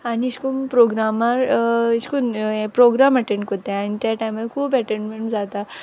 आनी अेश कोन्न प्रोग्रामा अेश कोन्न प्रोग्राम अटेंड कोत्ताय आनी ते टायमार खूब एंटर्टेनमेन्ट जाता